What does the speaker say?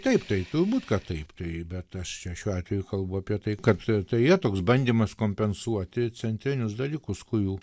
taip tai turbūt kad taip tai bet aš čia šiuo atveju kalbu apie tai kad tai yra toks bandymas kompensuoti centrinius dalykus kurių